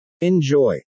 Enjoy